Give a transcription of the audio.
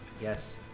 Yes